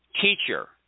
Teacher